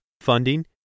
funding